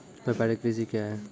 व्यापारिक कृषि क्या हैं?